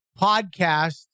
podcast